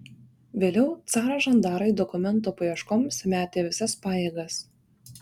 vėliau caro žandarai dokumento paieškoms metė visas pajėgas